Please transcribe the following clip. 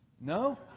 No